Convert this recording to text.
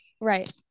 Right